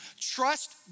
trust